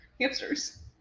Hamsters